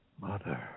Mother